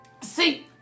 see